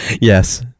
Yes